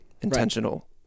intentional